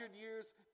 years